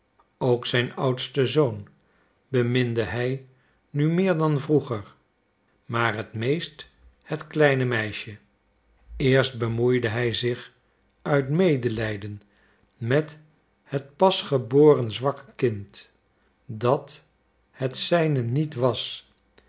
ook zijn oudsten zoon beminde hij nu meer dan vroeger maar het meest het kleine meisje eerst bemoeide hij zich uit medelijden met het pasgeboren zwakke kind dat het zijne niet was